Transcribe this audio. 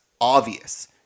obvious